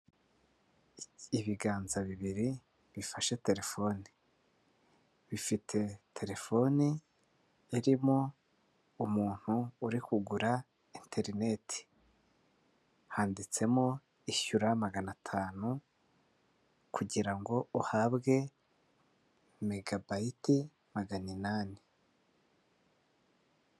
Ibiganza bibiri, bifashe telefone. Bifite telefoni irimo umuntu uri kugura enterineti. Handitsemo "Ishyura magana atanu, kugira ngo uhabwe megabayiti magana inani".